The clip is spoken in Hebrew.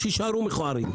שיישארו מכוערים.